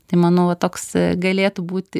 tai manau va toks galėtų būti